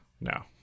no